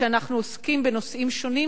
כשאנחנו עוסקים בנושאים שונים,